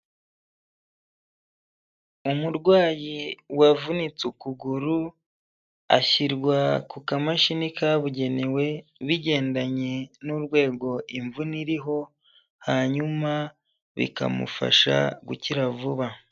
Umurwayi wavunitse ukuguru, ashyirwa ku kamashini kabugenewe, bigendanye n'urwego imvune iriho, hanyuma bikamufasha gukira vuba.